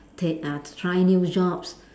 take uh try new jobs